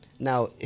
Now